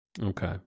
Okay